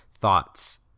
thoughts